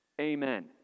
Amen